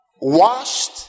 Washed